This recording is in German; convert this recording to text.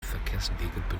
verkehrswegebündelung